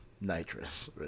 Nitrous